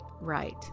right